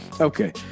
Okay